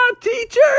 teacher